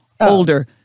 older